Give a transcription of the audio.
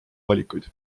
valikuid